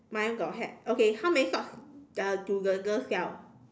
my one got hat okay how many socks does do the girl sell